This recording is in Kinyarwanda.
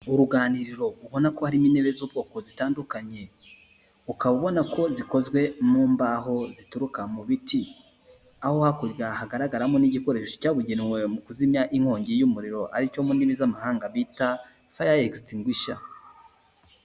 Mu ruganiriro ubona ko harimo intebe z'ubwoko zitandukanye, ukaba ubona ko zikozwe mu mbaho zituruka mu biti, aho hakurya hagaragaramo n'igikoresho cyabugenewe mu kuzimya inkongi y'umuriro aricyo mu ndimi z'amahanga bita faya egisitingwisha.